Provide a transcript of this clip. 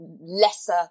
lesser